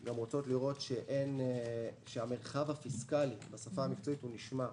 הן רוצות לראות שהמרחב הפיסקלי נשמר,